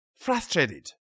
frustrated